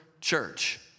church